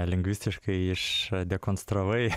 lingvistiškai išdekonstravai